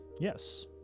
Yes